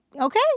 okay